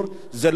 זה לא הולך.